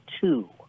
two